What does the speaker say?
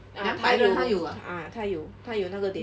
两百个人他有 ah